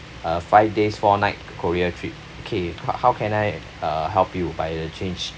uh five days four nights korea trip okay how how can I uh help you buy a change